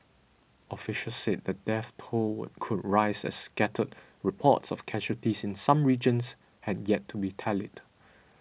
officials said the death toll could rise as scattered reports of casualties in some regions had yet to be tallied